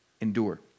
endure